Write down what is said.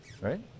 Right